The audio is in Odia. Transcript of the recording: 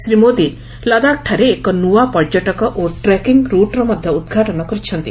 ଶ୍ରୀ ମୋଦି ଲଦାଖ୍ଠାରେ ଏକ ନ୍ତଆ ପର୍ଯ୍ୟଟକ ଓ ଟ୍ରେକିଂ ରୁଟ୍ର ମଧ୍ୟ ଉଦ୍ଘାଟନ କରିଛନ୍ତି